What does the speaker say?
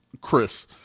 Chris